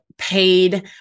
Paid